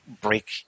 break